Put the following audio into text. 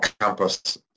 campus